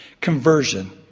Conversion